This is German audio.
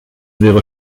wäre